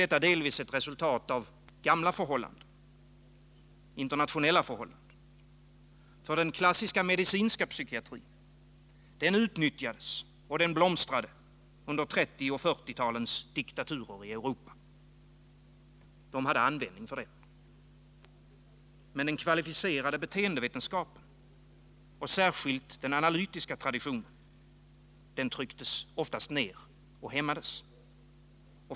Detta är delvis ett resultat av gamla internationella förhållanden. Den klassiska, medicinska psykiatrin utnyttjades och blomstrade i 1930 och 1940-talens diktaturer i Europa. De hade användning för den. Men den kvalificerade beteendevetenskapen, särskilt den analytiska traditionen, trycktes oftast ner och hämmades.